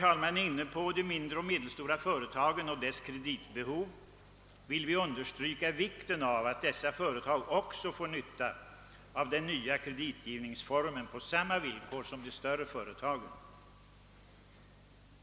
Då vi är inne på de mindre och medelstora företagen och deras kreditbehov vill jag understryka vikten av att dessa företag också får nytta av den nya kreditgivningsformen på samma villkor som de större företagen.